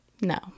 No